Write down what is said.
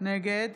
נגד